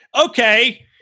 okay